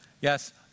yes